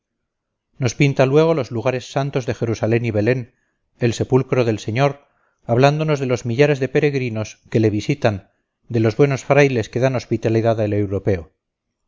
nos pinta luego los lugares santos de jerusalén y belén el sepulcro del señor hablándonos de los millares de peregrinos que le visitan de los buenos frailes que dan hospitalidad al europeo